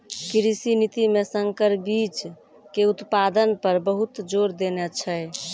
कृषि नीति मॅ संकर बीच के उत्पादन पर बहुत जोर देने छै